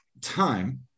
time